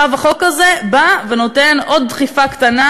עכשיו החוק הזה בא ונותן עוד דחיפה קטנה